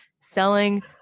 selling